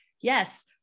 yes